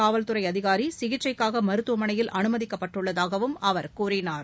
காவல்துறை அதிகாரி சிகிச்சைக்காக காயமடைந்த மற்றொரு மருத்துவமனையில் அனுமதிக்கப்பட்டுள்ளதாகவும் அவர் கூறினார்